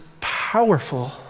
powerful